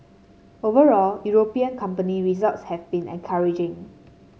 overall European company results have been encouraging